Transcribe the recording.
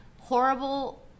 horrible